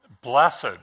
blessed